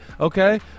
okay